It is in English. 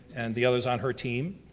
and the others on her team.